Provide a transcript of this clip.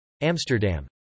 Amsterdam